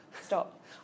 Stop